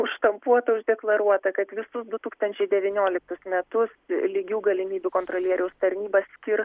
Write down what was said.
užštampuota uždeklaruota kad visus du tūkstančiai devynioliktus metus lygių galimybių kontrolieriaus tarnyba skirs